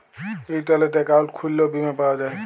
ইলটারলেট account খুইললেও বীমা পাউয়া যায়